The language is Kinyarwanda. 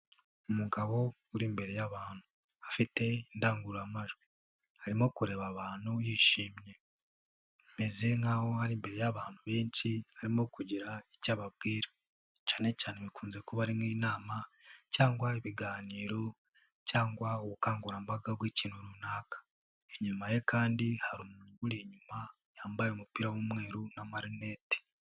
Umugabo uri imbere y'abantu afite indangururamajwi, arimo kureba abantu yishimye ameze nk'aho ari imbere y'abantu benshi, arimo kugira icyo ababwira, cyane cyane bikunze kuba ari nk'inama, cyangwa ibiganiro, cyangwa ubukangurambaga bw'ikintu runaka. Inyuma ye kandi hari umuntu umuri inyuma yambaye umupira w'umweru na'marineti.